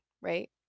Right